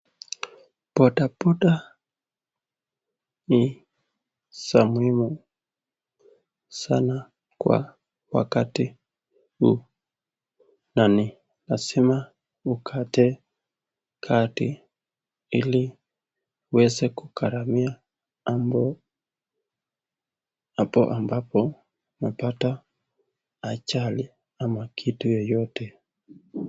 Bodaboda ni za muhimu sana kwa wakati huu na ni lazima ukate kadi ili uweze kukaramia mambo ambapo umepata ajali ama kitu yeyote.